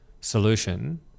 solution